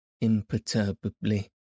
imperturbably